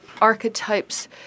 archetypes